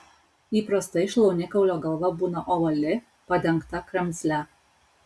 įprastai šlaunikaulio galva būna ovali padengta kremzle